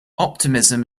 optimism